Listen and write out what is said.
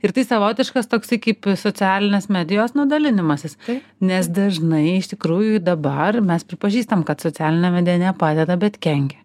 ir tai savotiškas toksai kaip socialinės medijos nu dalinimasis nes dažnai iš tikrųjų dabar mes pripažįstam kad socialinė medija nepadeda bet kenkia